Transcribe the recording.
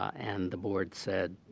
and the board said,